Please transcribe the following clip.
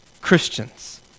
Christians